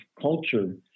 culture